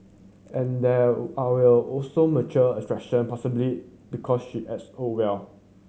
and there are will also mutual attraction possibly because she acts so well